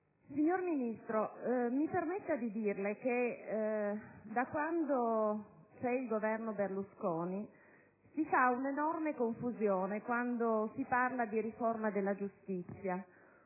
Signor Ministro, mi permetta di dirle che da quando c'è il Governo Berlusconi si fa un'enorme confusione quando si parla di riforma della giustizia.